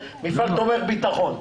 ו"מפעל תומך ביטחון".